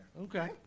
Okay